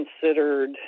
considered